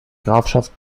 grafschaft